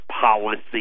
policy